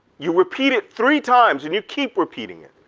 you repeat it three times and you keep repeating it.